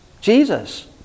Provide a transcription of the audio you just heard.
Jesus